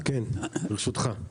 ברשותך.